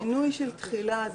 שינוי של תחילה,